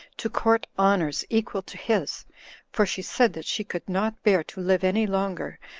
to court honors equal to his for she said that she could not bear to live any longer,